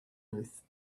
booth